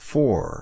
Four